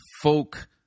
folk